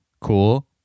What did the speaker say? cool